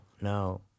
no